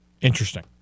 Interesting